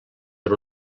per